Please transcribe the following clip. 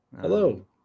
hello